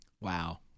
Wow